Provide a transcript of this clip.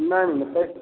नहि